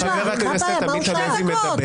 חבר הכנסת עמית הלוי מדבר,